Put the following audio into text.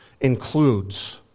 includes